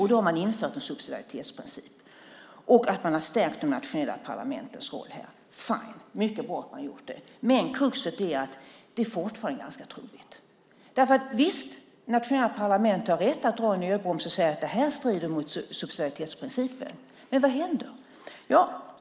Därför har det införts en subsidiaritetsprincip och de nationella parlamentens roll har stärkts. Fine ! Mycket bra att man har gjort det. Kruxet är att det fortfarande är ganska trubbigt. Visst, nationella parlament har rätt att dra i nödbromsen och säga att det här strider mot subsidiaritetsprincipen. Men vad händer?